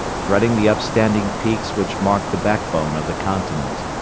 threading the upstanding peaks which marked the backbone of the continent.